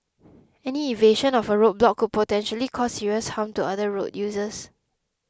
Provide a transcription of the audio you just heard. any evasion of a road block potentially cause serious harm to other road users